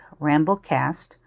Ramblecast